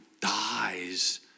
dies